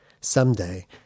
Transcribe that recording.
Someday